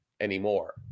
anymore